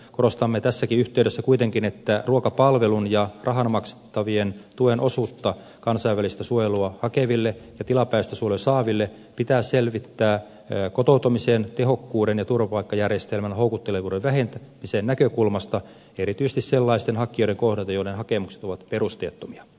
korostamme tässäkin yhteydessä kuitenkin että ruokapalvelun ja rahana maksettavan tuen osuutta kansainvälistä suojelua hakeville ja tilapäistä suojelua saaville pitää selvittää kotoutumisen tehokkuuden ja turvapaikkajärjestelmän houkuttelevuuden vähentämisen näkökulmasta erityisesti sellaisten hakijoiden kohdalta joiden hakemukset ovat perusteettomia